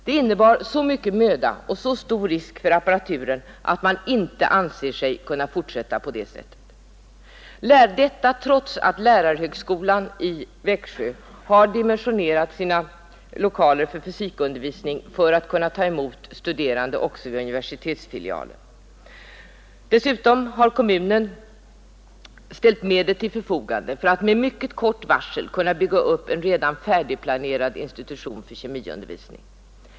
Detta krävde så mycken möda och innebar så stor risk för apparaturen att man inte anser sig kunna fortsätta på det sättet, trots att lärarhögskolan i Växjö har dimensionerat sina lokaler för fysikundervisning för att kunna ta emot studerande också vid universitetsfilialen. Dessutom har kommunen ställt medel till förfogande för att med mycket kort varsel kunna bygga upp en redan färdigplanerad institution för kemiundervisning.